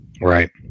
right